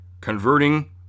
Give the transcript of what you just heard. converting